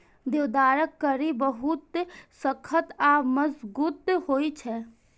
देवदारक कड़ी बहुत सख्त आ मजगूत होइ छै